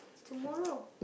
tomorrow